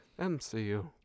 MCU